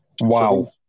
Wow